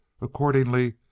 accordingly